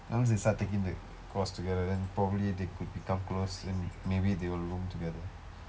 once they start taking the course together then probably they could become close and maybe they will room together